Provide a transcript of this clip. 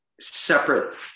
separate